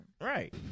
Right